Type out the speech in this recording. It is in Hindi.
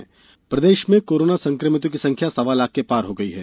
प्रदेश कोरोना प्रदेश में कोरोना संक्रमितों की संख्या सवा लाख के पार हो गई है